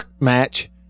match